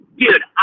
dude